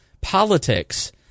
politics